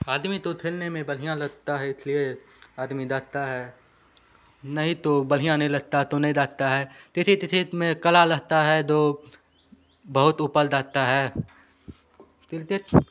आदमी तो खेलने में बढ़िया लगता है इसलिए आदमी जाता है नहीं तो बढ़िया नहीं लगता तो नहीं जाता है किसी किसी में कला रहता है जो बहुत ऊपर जाता है तिलतेट